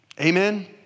Amen